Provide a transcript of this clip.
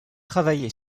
travaillé